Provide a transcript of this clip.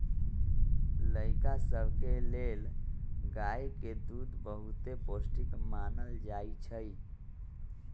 लइका सभके लेल गाय के दूध बहुते पौष्टिक मानल जाइ छइ